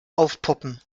aufpoppen